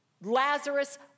Lazarus